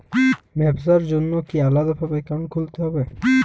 ব্যাবসার জন্য কি আলাদা ভাবে অ্যাকাউন্ট খুলতে হবে?